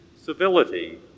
civility